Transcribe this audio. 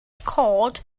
called